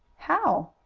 how?